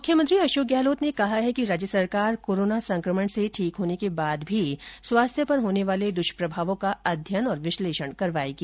मुख्यमंत्री अशोक गहलोत ने कहा कि राज्य सरकार कोरोना संक्रमण से ठीक होने के बाद भी स्वास्थ्य पर होने वाले दुष्प्रभावों का अध्ययन और विश्लेषण करवाएगी